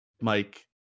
Mike